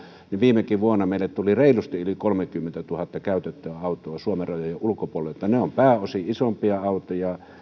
viimekin vuonna meille tuli reilusti yli kolmekymmentätuhatta käytettyä autoa suomen rajojen ulkopuolelta ne ovat pääosin isompia autoja